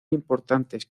importantes